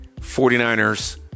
49ers